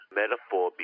metaphor